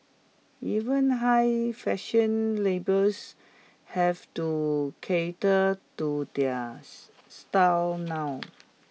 even high fashion labels have to cater to their style now